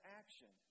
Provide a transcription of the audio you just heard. action